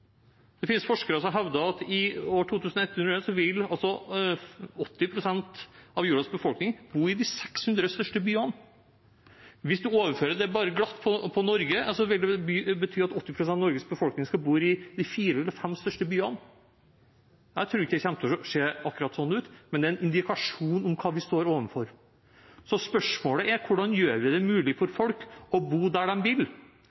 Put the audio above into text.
Det finnes forskere som hevder at i år 2100 vil 80 pst. av jordas befolkning bo i de 600 største byene. Hvis vi overfører det til Norge, vil det bety at 80 pst. av Norges befolkning skal bo i de fire eller fem største byene. Jeg tror ikke det kommer til å se akkurat sånn ut, men det er en indikasjon på hva vi står overfor. Så spørsmålet er: Hvordan gjør vi det mulig for folk å bo der de vil,